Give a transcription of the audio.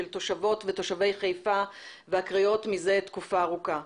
תושבות ותושבי חיפה והקריות מזה תקופה ארוכה,